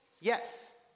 Yes